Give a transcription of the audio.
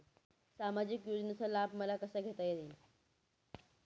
सामाजिक योजनेचा लाभ मला कसा घेता येईल?